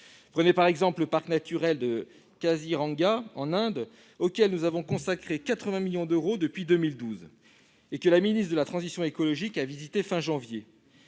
Prenons l'exemple du parc naturel de Kaziranga, en Inde, auquel nous avons consacré 80 millions d'euros depuis 2012 et que la ministre de la transition écologique a visité à la fin